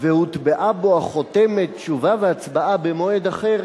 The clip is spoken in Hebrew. והוטבעה בו החותמת "תשובה והצבעה במועד אחר",